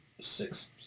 Six